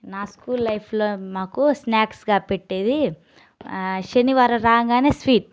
నా స్కూల్ లైఫ్లో నాకు స్నాక్స్గా పెట్టేది శనివారం రాగానే స్వీట్